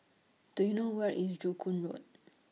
Do YOU know Where IS Joo Koon Road